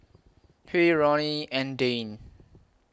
Huy Roni and Dayne